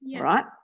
right